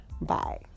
Bye